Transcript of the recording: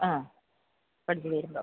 ആ പഠിച്ച് തീരുമ്പം